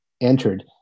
entered